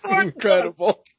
Incredible